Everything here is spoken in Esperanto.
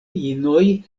inoj